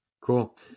Cool